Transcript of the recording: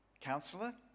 counselor